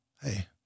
hey